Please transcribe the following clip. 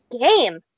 game